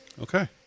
Okay